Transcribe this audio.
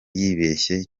yibeshye